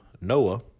Noah